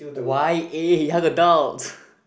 Y_A young adult